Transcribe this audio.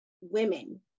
women